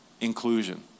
Inclusion